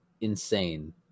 insane